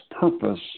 purpose